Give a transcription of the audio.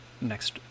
next